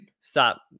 Stop